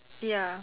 ya